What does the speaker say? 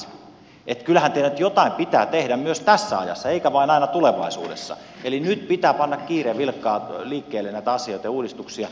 kyllähän teidän nyt jotain pitää tehdä myös tässä ajassa eikä vain aina tulevaisuudessa eli nyt pitää panna kiireen vilkkaa liikkeelle näitä asioita ja uudistuksia